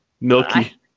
Milky